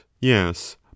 Yes